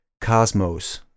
cosmos